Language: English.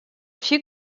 few